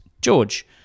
George